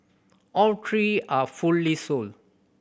all three are fully sold